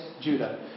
Judah